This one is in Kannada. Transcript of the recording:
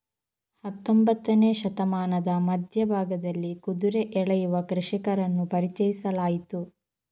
ಹತ್ತೊಂಬತ್ತನೇ ಶತಮಾನದ ಮಧ್ಯ ಭಾಗದಲ್ಲಿ ಕುದುರೆ ಎಳೆಯುವ ಕೃಷಿಕರನ್ನು ಪರಿಚಯಿಸಲಾಯಿತು